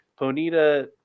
Ponita